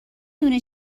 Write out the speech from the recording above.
دونه